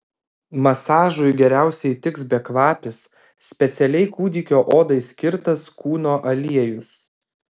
masažui geriausiai tiks bekvapis specialiai kūdikio odai skirtas kūno aliejus